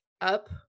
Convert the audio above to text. up